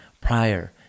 prior